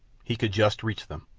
he could just reach them.